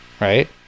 Right